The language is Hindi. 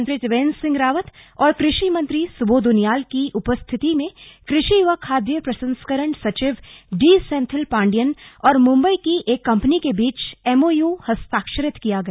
मुख्यमंत्री त्रिवेन्द्र सिंह रावत और कृषि मंत्री सुबोध उनियाल की उपस्थिति में कृषि व खाद्य प्रसंस्करण सचिव डीसेंथिल पाण्डियन और मुंबई की एक कंपनी के बीच एमओय हस्ताक्षरित किया गया